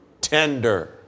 tender